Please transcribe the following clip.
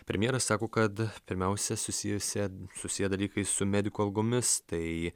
premjeras sako kad pirmiausia susijusi susiję dalykai su medikų algomis tai